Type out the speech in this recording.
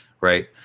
Right